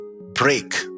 break